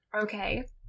Okay